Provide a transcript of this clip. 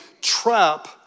trap